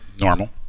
normal